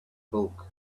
bulk